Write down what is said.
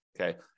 Okay